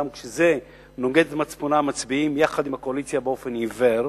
גם כשזה נוגד את מצפונם הם מצביעים יחד עם הקואליציה באופן עיוור,